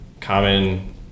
common